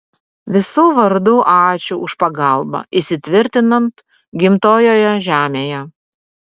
visų vardu ačiū už pagalbą įsitvirtinant gimtojoje žemėje